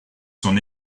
son